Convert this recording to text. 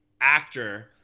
actor